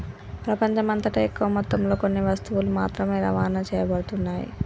ప్రపంచమంతటా ఎక్కువ మొత్తంలో కొన్ని వస్తువులు మాత్రమే రవాణా చేయబడుతున్నాయి